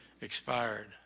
expired